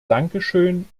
dankeschön